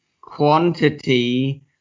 quantity